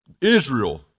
Israel